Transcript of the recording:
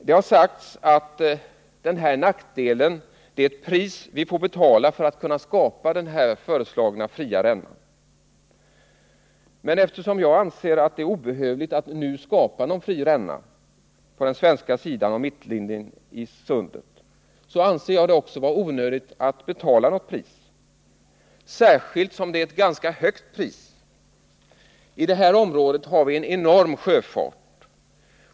Det har sagts att denna nackdel är det pris vi får betala för att kunna skapa den föreslagna fria rännan. Men eftersom jag anser att det är obehövligt att nu skapa någon fri ränna på den svenska sidan av mittlinjen i sunden, anser jag också att det är onödigt att betala något pris, särskilt som det är ett ganska högt pris. I det här området har vi en enorm sjöfart.